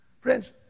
Friends